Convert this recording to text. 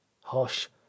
Hush